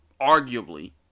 arguably